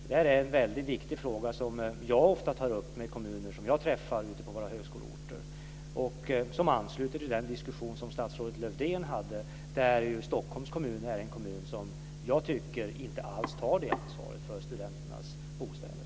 Detta är en väldigt viktig fråga som jag ofta tar upp med kommuner som jag träffar ute på våra högskoleorter och som ansluter till den diskussion som statsrådet Lövdén hade, där ju Stockholms kommun är en kommun som jag tycker inte alls tar detta ansvar för studenternas bostäder.